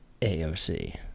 AOC